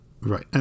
Right